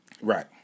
Right